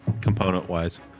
component-wise